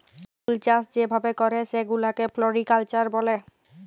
ফুলচাষ যে ভাবে ক্যরে সেগুলাকে ফ্লরিকালচার ব্যলে